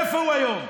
איפה הוא היום?